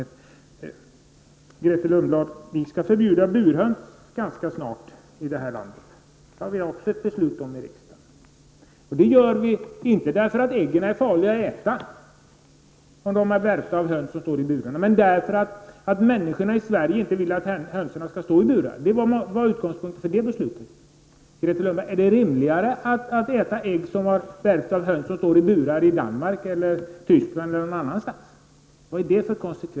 Snart är det, Grethe Lundblad, förbjudet att hålla höns i bur. Detta har vi också beslutat i riksdagen. Detta har inte skett därför att burhönsäggen är farliga att äta, utan därför att människorna i vårt land inte vill att hönsen skall stå i burar. Detta var utgångspunkten för det beslutet. Är det rimligt, Grethe Lundblad, att äta ägg som har värpts av höns i burar i Danmark, Tyskland eller någon annanstans? Vad är det för logik?